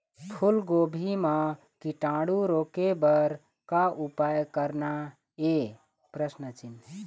फूलगोभी म कीटाणु रोके बर का उपाय करना ये?